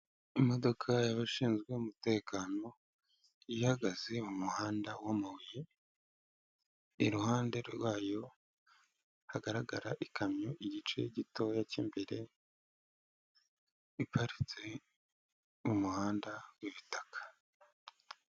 Imodoka y'abashinzwe umutekano, ihagaze mu muhanda w'amabuye, iruhande rwayo hagaragara ikamyo igice gitoya k'imbere, iparitse mu muhanda w'ibitaka.